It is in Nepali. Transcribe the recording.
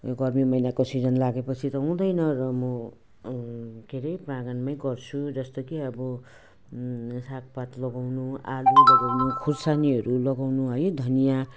यो गर्मी महिनाको सिजन लागेपछि त हुँदैन र म के अरे प्राङ्गणमै गर्छु जस्तो कि अब सागपात लगाउनु आलु लगाउनु खोर्सानीहरू लगाउनु है धनियाँ